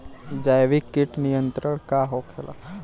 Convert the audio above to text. जैविक कीट नियंत्रण का होखेला?